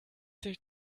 sich